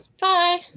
Bye